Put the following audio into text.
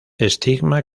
estigma